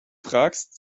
fragst